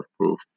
proof